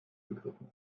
begriffen